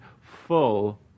full